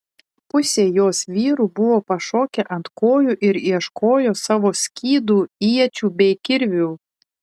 pusė jos vyrų buvo pašokę ant kojų ir ieškojo savo skydų iečių bei kirvių